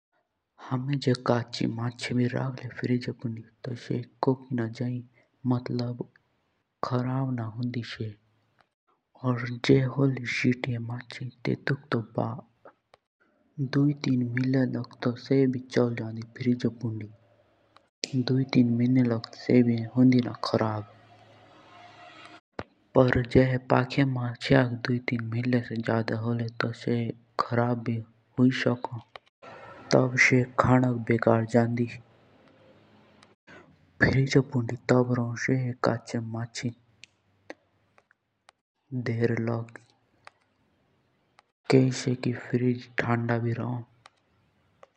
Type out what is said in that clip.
हमे जे कच्ची मछी भी रखले फिरिजो पुंडी तो से छह सात महीने तक खराब ना होन। और जे सिटिये मछी होन सो पाँच दस मुंज जान्दी खराब हुई। फिरिजो पुंडी तब रौंदा कच्ची मछी जादा टाइम लग कहे से कि फिरिज ठंडा होन।